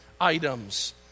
items